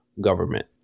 government